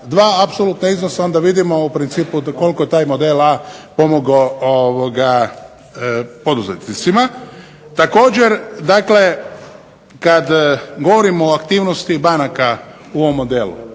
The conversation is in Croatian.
dva apsolutna iznosa onda vidimo u principu koliko je taj model A pomogao poduzetnicima. Također dakle kada govorimo o aktivnosti banaka u ovom modelu,